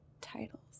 titles